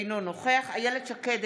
אינו נוכח איילת שקד,